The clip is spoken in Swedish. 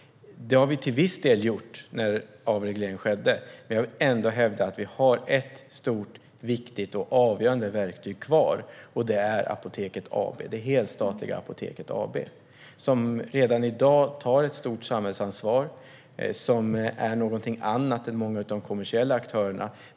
Ja, i samband med avregleringen skedde till viss del detta. Men jag vill ändå hävda att vi har ett stort, viktigt och avgörande verktyg kvar, nämligen det helstatliga Apoteket AB, som redan i dag tar ett stort samhällsansvar. Det är någonting annat än många av de kommersiella aktörerna.